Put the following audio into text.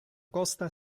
costa